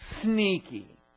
sneaky